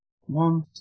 One